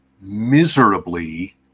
miserably